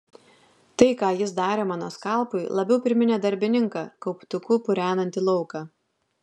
tai ką jis darė mano skalpui labiau priminė darbininką kauptuku purenantį lauką